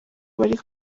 bari